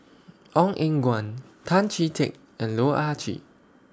Ong Eng Guan Tan Chee Teck and Loh Ah Chee